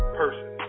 person